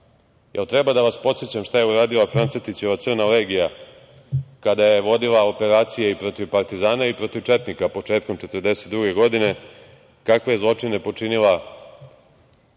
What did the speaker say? li treba da vas podsećam šta je uradila Francetićeva Crna legija, kada je vodila operacije i protiv partizana i protiv četnika početkom 1942. godine, kakve je zločine počinila